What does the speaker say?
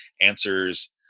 answers